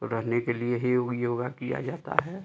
रहने के लिए ही योग योगा किया जाता है